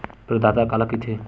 प्रदाता काला कइथे?